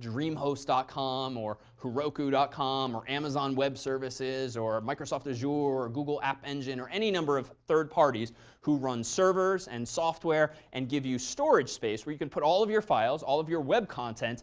dreamhost dot com or heroku dot com or amazon web services or microsoft azure or google app engine. or any number of third parties who run servers and software and give you storage space where you can put all of your files, all of your web content,